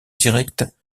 directe